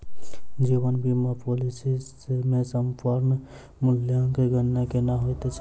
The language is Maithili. जीवन बीमा पॉलिसी मे समर्पण मूल्यक गणना केना होइत छैक?